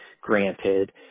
granted